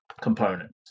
components